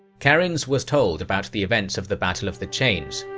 karinz was told about the events of the battle of the chains.